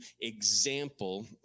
example